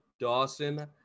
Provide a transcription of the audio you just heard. Dawson